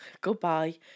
Goodbye